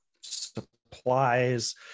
supplies